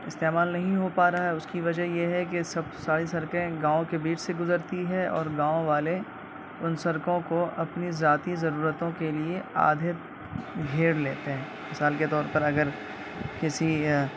استعمال نہیں ہو پا رہا ہے اس کی وجہ یہ ہے کہ سب ساری سڑکیں گاؤں کے بیچ سے گزرتی ہیں اور گاؤں والے ان سڑکوں کو اپنی ذاتی ضرورتوں کے لیے آدھے گھیر لیتے ہیں مثال کے طور پر اگر کسی